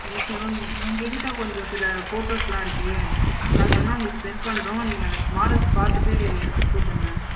okay ma'am உங்கள்கிட்ட கொஞ்சம் சில ஃபோட்டோஸேலாம் இருக்குது நாங்கள் வேணால் உங்களுக்கு செண்ட் பண்ணுறோம் நீங்கள் அந்த மாடல்ஸ் பார்த்துட்டு கூப்பிடுங்க மேம்